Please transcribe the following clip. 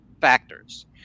factors